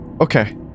Okay